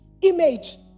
image